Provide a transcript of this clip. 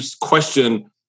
question